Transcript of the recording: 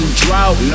drought